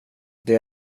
det